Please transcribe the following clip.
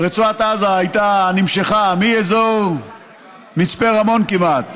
רצועת עזה נמשכה מאזור מצפה רמון כמעט